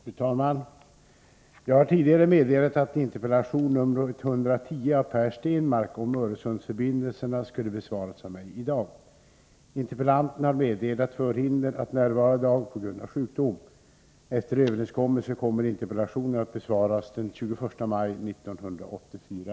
Fru talman! Jag har tidigare meddelat att interpellation 110 av Per Stenmarck om Öresundsförbindelserna skulle besvaras av mig i dag. Interpellanten har meddelat förhinder att närvara denna dag på grund av sjukdom. Efter överenskommelse med interpellanten kommer interpellationen i stället att besvaras den 21 maj 1984.